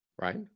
right